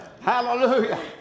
Hallelujah